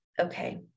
okay